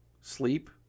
sleep